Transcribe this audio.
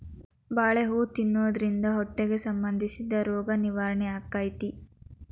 ಬಾಳೆ ಹೂ ತಿನ್ನುದ್ರಿಂದ ಹೊಟ್ಟಿಗೆ ಸಂಬಂಧಿಸಿದ ರೋಗ ನಿವಾರಣೆ ಅಕೈತಿ